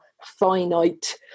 finite